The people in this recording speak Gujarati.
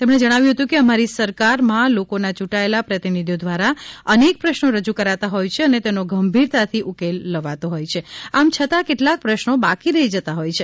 તેમણે જણાવ્યું હતું કે અમારી સરકારમાં લોકોના યૂંટાયેલા પ્રતિનિધિઓ દ્વારા અનેક પ્રશ્નો રજુ કરાતા હોય છે અને તેનો ગંભીરતાથી ઉકેલ લવાતો હોય છે આમ છતાં કેટલાક પ્રશ્નો બાકી રહી જતા હોય છે